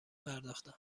پرداختند